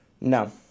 No